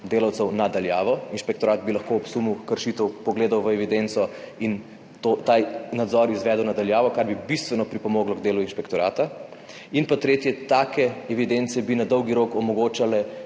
delavcev na daljavo, inšpektorat bi lahko ob sumu kršitev pogledal v evidenco in ta nadzor izvedel na daljavo, kar bi bistveno pripomoglo pri delu inšpektorata. In nenazadnje, take evidence bi na dolgi rok omogočale